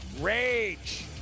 rage